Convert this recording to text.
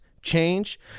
change